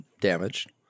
damaged